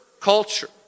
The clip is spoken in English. culture